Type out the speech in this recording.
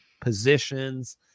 positions